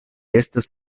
estas